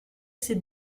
ses